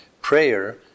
Prayer